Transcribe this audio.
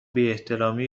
بیاحترامی